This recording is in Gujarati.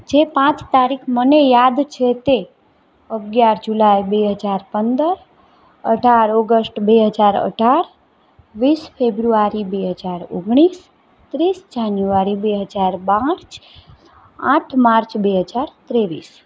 જે પાંચ તારીખ મને યાદ છે તે અગિયાર જુલાઇ બે હજાર પંદર અઢાર ઓગસ્ટ બે હજાર અઢાર વીસ ફ્રેબુયારી બે હજાર ઓગણીસ ત્રીસ જાન્યુયારી બે હજાર બાર આઠ માર્ચ બે હજાર ત્રેવીસ